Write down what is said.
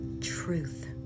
truth